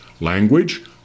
language